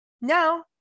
no